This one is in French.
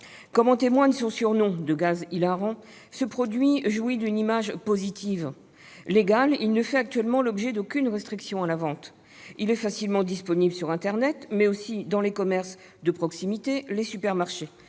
Comme en témoigne son surnom de gaz « hilarant », ce produit jouit d'une image positive. Légal, il ne fait actuellement l'objet d'aucune restriction à la vente. Il est facilement disponible sur internet, mais aussi dans les commerces de proximité, les supermarchés.